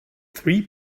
three